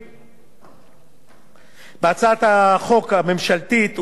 בהצעת החוק הממשלתית הוצע לבטל את הסדרי הקופה הציבורית